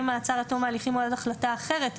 מעצר עד תום ההליכים או עד החלטה אחרת,